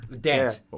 dance